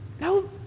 no